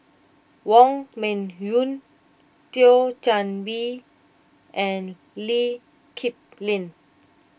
Wong Meng Voon Thio Chan Bee and Lee Kip Lin